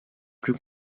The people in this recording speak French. plus